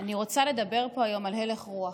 אני רוצה לדבר פה היום על הלך רוח.